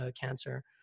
cancer